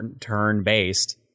turn-based